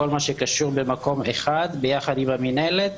כל מה שקשור במקום אחד ביחד עם המינהלת,